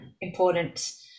important